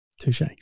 Touche